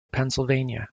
pennsylvania